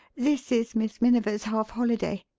this is miss miniver's half holiday.